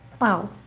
wow